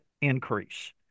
increase